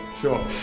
sure